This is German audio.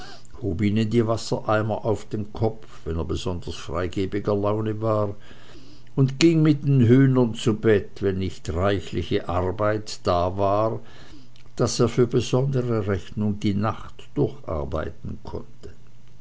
hob ihnen die wassereimer auf den kopf wenn er besonders freigebiger laune war und ging mit den hühnern zu bett wenn nicht reichliche arbeit da war daß er für besondere rechnung die nacht durcharbeiten konnte